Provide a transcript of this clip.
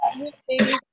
okay